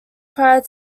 prior